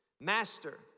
master